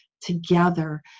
together